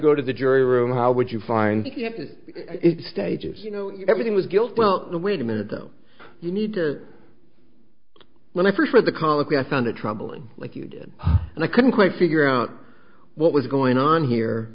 go to the jury room how would you find it stages you know everything was guilt well wait a minute don't you need to let me first read the comic i found it troubling like you did and i couldn't quite figure out what was going on here